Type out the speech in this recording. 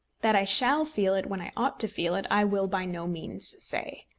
that i shall feel it when i ought to feel it, i will by no means say.